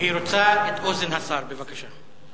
היא רוצה את אוזן השר, בבקשה.